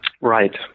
right